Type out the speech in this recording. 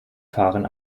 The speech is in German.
fahren